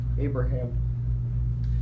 Abraham